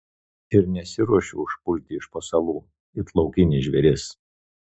ir nesiruošiu užpulti iš pasalų it laukinis žvėris